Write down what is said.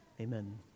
Amen